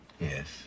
Yes